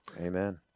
Amen